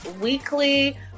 Weekly